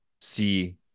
see